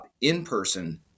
in-person